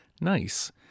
nice